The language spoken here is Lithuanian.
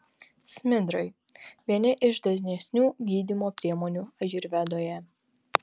smidrai vieni iš dažnesnių gydymo priemonių ajurvedoje